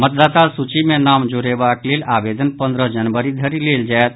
मतदाता सूची मे नाम जोड़ेबाक लेल आवेदन पंद्रह जनवरी धरि लेल जायत